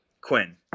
Quinn